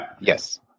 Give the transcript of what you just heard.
Yes